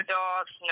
dogs